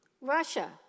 Russia